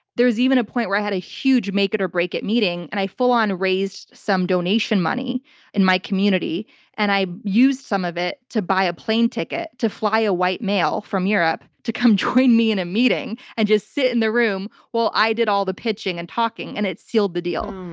there was even a point where i had a huge make it or break it meeting and i full on raised some donation money in my community and i used some of it to buy a plane ticket to fly a white male from europe to come join me in a meeting and just sit in the room while i did all the pitching and talking. and it sealed the deal.